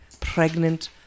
pregnant